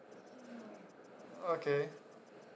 okay